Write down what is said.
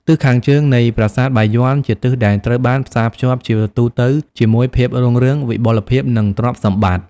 ទិសខាងជើងនៃប្រាសាទបាយ័ន ជាទិសដែលត្រូវបានផ្សារភ្ជាប់ជាទូទៅជាមួយ ភាពរុងរឿង វិបុលភាព និងទ្រព្យសម្បត្តិ។